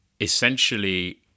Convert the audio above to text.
essentially